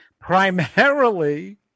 primarily